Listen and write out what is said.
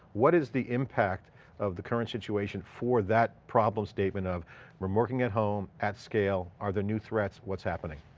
what is the impact of the current situation for that problem statement of from working at home, at scale. are there new threats? what's happening?